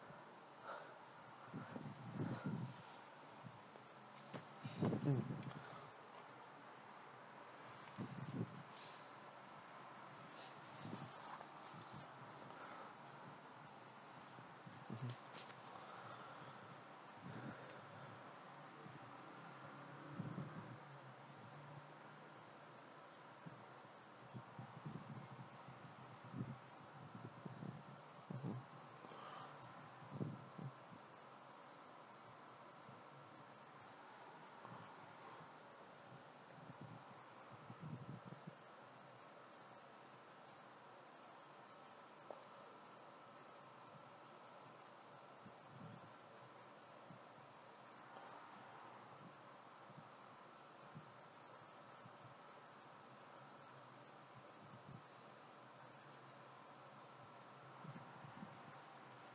mm mmhmm mmhmm